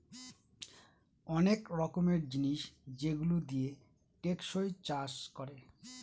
অনেক রকমের জিনিস যেগুলো দিয়ে টেকসই চাষ করে